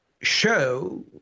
show